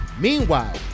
Meanwhile